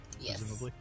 Yes